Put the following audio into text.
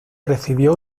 recibió